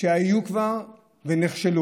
היו כבר ונכשלו,